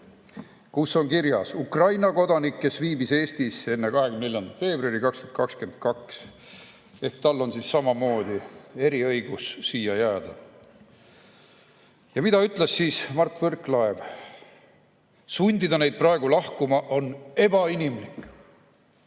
kus on kirjas: "Ukraina kodanik, kes viibis Eestis enne 24. veebruari 2022". Ehk tal on samamoodi eriõigus siia jääda. Mida ütles Mart Võrklaev? Sundida neid praegu lahkuma on ebainimlik.